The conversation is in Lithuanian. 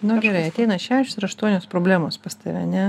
nu gerai ateina šešios ar aštuonios problemos pas tave ane